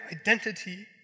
identity